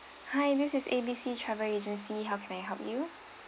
hi this is A B C travel agency how may I help you